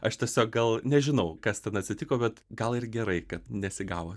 aš tiesiog gal nežinau kas ten atsitiko bet gal ir gerai kad nesigavo